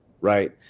Right